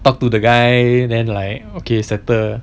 talk to the guy then like okay settle